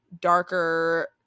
darker